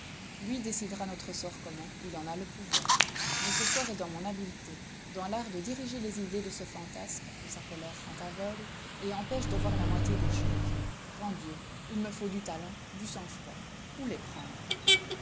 lui décidera notre sort commun il en a le pouvoir mais ce sort est dans mon habileté dans l'art de diriger les idées de ce fantasque que sa colère rend aveugle et empêche de voir la moitié des choses grand dieu il me faut du talent du sang-froid où les prendre